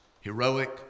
heroic